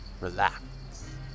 relax